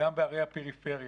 וגם בערי הפריפריה